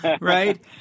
right